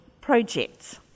projects